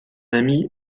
ami